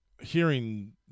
hearing